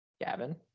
gavin